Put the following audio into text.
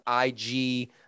IG